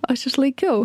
aš išlaikiau